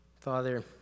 Father